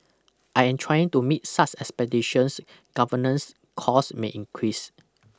I in trying to meet such expectations governance cost may increase